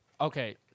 Okay